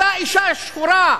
אותה אשה שחורה,